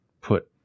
put